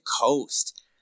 coast